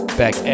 back